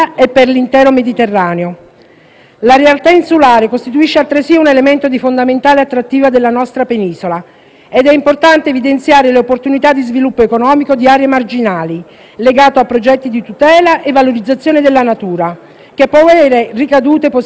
La realtà insulare costituisce altresì un elemento di fondamentale attrattiva della nostra penisola ed è importante evidenziare le opportunità di sviluppo economico di aree marginali, legate a progetti di tutela e valorizzazione della natura, che possano avere ricadute positive sull'ecosistema antistante.